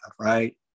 right